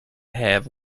have